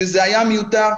דבר שהיה מיותר.